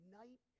night